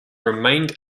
remained